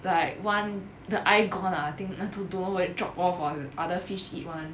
like one the eye gone ah I think I also don't know whether drop off or other fish eat [one]